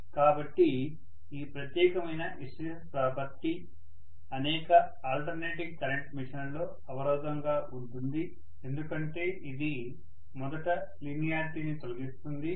కాబట్టి ఈ ప్రత్యేకమైన హిస్టెరిసిస్ ప్రాపర్టీ అనేక ఆల్టర్నేటింగ్ కరెంట్ మెషీన్లలో అవరోధంగా ఉంటుంది ఎందుకంటే ఇది మొదట లీనియారిటీని తొలగిస్తుంది